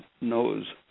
knows